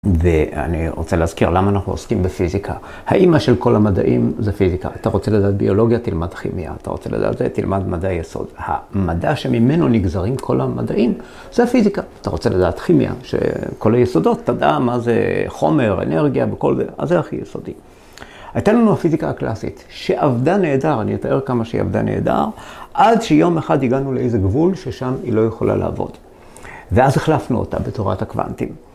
‫ואני רוצה להזכיר למה ‫אנחנו עוסקים בפיזיקה. ‫האמא של כל המדעים זה פיזיקה. ‫אתה רוצה לדעת ביולוגיה, ‫תלמד כימיה. ‫אתה רוצה לדעת זה, ‫תלמד מדעי יסוד. ‫המדע שממנו נגזרים כל המדעים ‫זה הפיזיקה. ‫אתה רוצה לדעת כימיה, ‫שכל היסודות, אתה יודע, ‫מה זה חומר, אנרגיה וכל זה, ‫אז זה הכי יסודי. ‫הייתה לנו הפיזיקה הקלאסית, ‫שעבדה נהדר, ‫אני אתאר כמה שהיא עבדה נהדר, ‫עד שיום אחד הגענו לאיזה גבול ‫ששם היא לא יכולה לעבוד. ‫ואז החלפנו אותה בתורת הקוונטים.